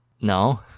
No